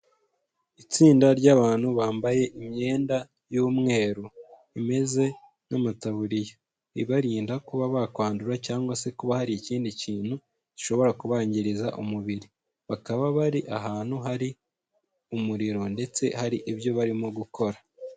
Itsinda ry'abantu bambaye imyenda y'umweru imeze nk'amataburiya, ibarinda kuba bakwandura cyangwa se kuba hari ikindi kintu gishobora kubangiriza umubiri. Bakaba bari ahantu hari umuriro ndetse hari ibyo barimo gukora.